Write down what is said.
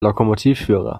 lokomotivführer